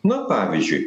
na pavyzdžiui